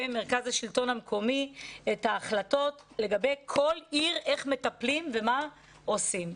מרכז השלטון המקומי את ההחלטות לגבי כל עיר איך מטפלים ומה עושים.